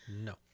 No